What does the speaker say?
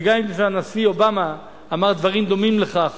וגם הנשיא אובמה אמר דברים דומים לכך